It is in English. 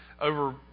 over